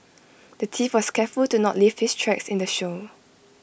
the thief was careful to not leave his tracks in the show